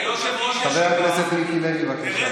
אתה יושב-ראש ישיבה, רגע, אתה יושב-ראש ישיבה.